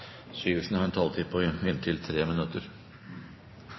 Syversen har en taletid på inntil 3 minutter. Tre minutter